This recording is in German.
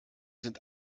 sind